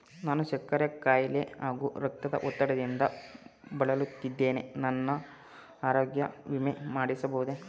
ನಾನು ಸಕ್ಕರೆ ಖಾಯಿಲೆ ಹಾಗೂ ರಕ್ತದ ಒತ್ತಡದಿಂದ ಬಳಲುತ್ತಿದ್ದೇನೆ ನಾನು ಆರೋಗ್ಯ ವಿಮೆ ಮಾಡಿಸಬಹುದೇ?